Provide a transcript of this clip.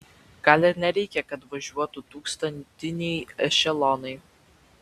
gal ir nereikia kad važiuotų tūkstantiniai ešelonai